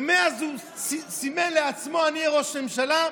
ומאז הוא סימן לעצמו: אני אהיה ראש ממשלה,